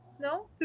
no